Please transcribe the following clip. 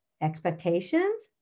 expectations